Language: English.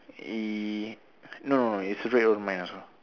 eh no no it's red for mine as well